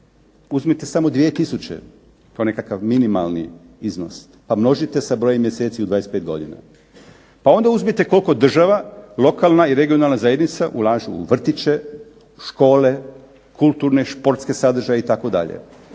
Uzmite samo 2 tisuće, kao nekakav minimalni iznos, pa množite sa brojem mjeseci u 25 godina. Pa onda uzmite koliko država lokalna i regionalna zajednica ulažu u vrtiće, škole, kulturne, športske sadržaje itd.,